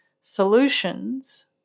solutions